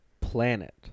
Planet